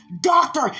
Doctor